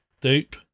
Dupe